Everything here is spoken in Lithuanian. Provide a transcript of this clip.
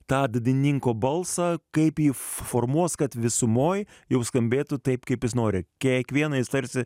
tą dainininko balsą kaip ji formuos kad visumoj jau skambėtų taip kaip jis nori kiekvieną jis tarsi